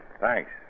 Thanks